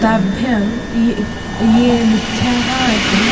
तेषां ये ये मुख्याः आसन्